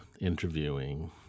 interviewing